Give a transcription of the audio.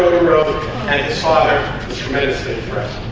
and his father tremendously impressed.